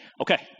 Okay